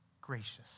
gracious